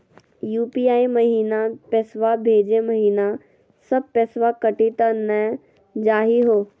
UPI महिना पैसवा भेजै महिना सब पैसवा कटी त नै जाही हो?